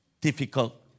difficult